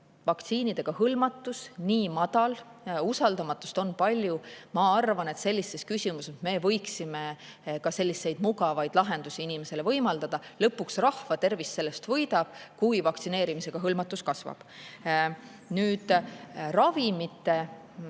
vaktsiinidega hõlmatus nii madal, usaldamatust on palju, ma arvan, et sellistes küsimustes me võiksime ka selliseid mugavaid lahendusi inimestele võimaldada. Lõpuks rahva tervis sellest võidab, kui vaktsineerimisega hõlmatus kasvab. Nüüd, ravimitealast